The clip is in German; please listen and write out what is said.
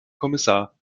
kommissar